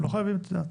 לא חייבים, את יודעת.